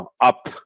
up